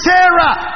Sarah